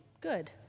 good